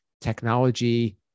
technology